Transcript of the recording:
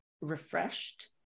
refreshed